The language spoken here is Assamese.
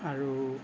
আৰু